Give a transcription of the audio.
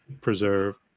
preserve